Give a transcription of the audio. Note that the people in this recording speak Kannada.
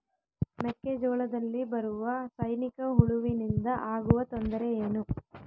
ಮೆಕ್ಕೆಜೋಳದಲ್ಲಿ ಬರುವ ಸೈನಿಕಹುಳುವಿನಿಂದ ಆಗುವ ತೊಂದರೆ ಏನು?